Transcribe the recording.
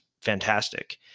fantastic